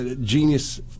genius